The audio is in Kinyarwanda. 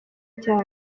cyanjye